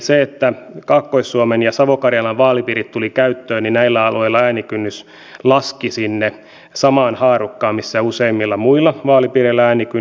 eli kun kaakkois suomen ja savo karjalan vaalipiirit tulivat käyttöön näillä alueilla äänikynnys laski sinne samaan haarukkaan missä useimmissa muissa vaalipiireissä äänikynnys on